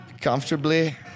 Comfortably